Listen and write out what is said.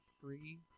free